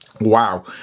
Wow